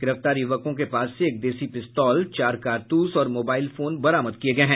गिरफ्तार यूवकों के पास से एक देसी पिस्तौल चार कारतूस और मोबाइल फोन बरामद किए गये हैं